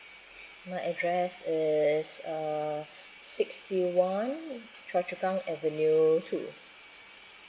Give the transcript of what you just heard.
my address is uh sixty one choa chu kang avenue two